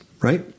right